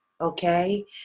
Okay